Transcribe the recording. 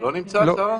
- יש שב"כ.